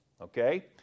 okay